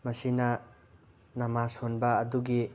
ꯃꯁꯤꯅ ꯅꯃꯥꯁ ꯁꯣꯟꯕ ꯑꯗꯨꯒꯤ